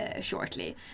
shortly